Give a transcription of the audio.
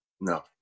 No